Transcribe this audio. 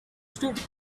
stood